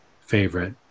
favorite